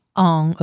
on